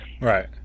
Right